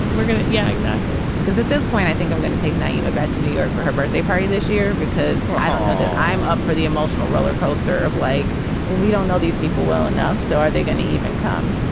we're gonna. yeah, exactly. because at this point, i think i'm going to take nyima back to new york for her birthday party this year because i know that i'm up for the emotional roller coaster of like, well, we don't know these people well enough. so are they gonna even come?